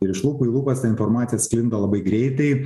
ir iš lūpų į lūpas ta informacija sklinda labai greitai